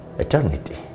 eternity